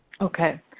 Okay